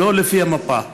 ולא לפי המפה.